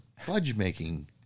fudge-making